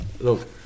look